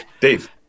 Dave